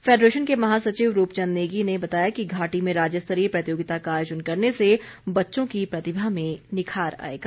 federation के महासचिव रूप चंद नेगी ने बताया कि घाटी में राज्य स्तरीय प्रतियोगिता का आयोजन करने से बच्चों की प्रतिभा में निखार आएगा